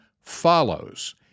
follows